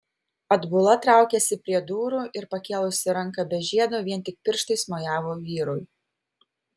atbula traukėsi prie durų ir pakėlusi ranką be žiedo vien tik pirštais mojavo vyrui